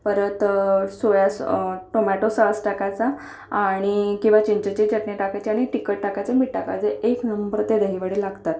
परत soya sauce tomato sauce टाकायचा आणि किंवा चिंचेची चटणी टाकायची आणि तिखट टाकायचं मीठ टाकायचं एक नंबर ते दहीवडे लागतात